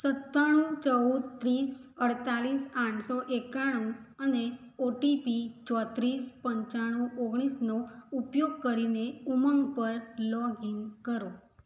સત્તાણું ચૌદ ત્રીસ અડતાલીસ આઠઓએકાણું અને ઓ ટી પી ચોત્રીસ પંચાણું ઓગણીસનો ઉપયોગ કરીને ઉમંગ પર લોગ ઇન કરો